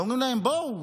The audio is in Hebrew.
ואומרים להם: בואו,